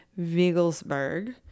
Vigelsberg